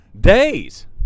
days